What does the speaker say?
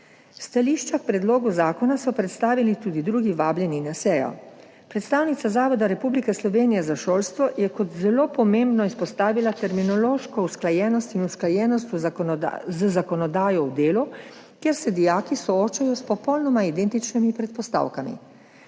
Stališča k predlogu zakona so predstavili tudi drugi vabljeni na sejo. Predstavnica Zavoda Republike Slovenije za šolstvo je kot zelo pomembno izpostavila terminološko usklajenost in usklajenost z zakonodajo v delu, kjer se dijaki soočajo s popolnoma identičnimi predpostavkami.